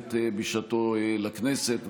בהחלט בשעתו לכנסת,